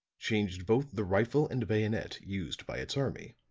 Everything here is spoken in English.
changed both the rifle and bayonet used by its army.